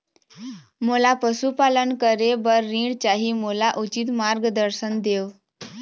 मोला पशुपालन करे बर ऋण चाही, मोला उचित मार्गदर्शन देव?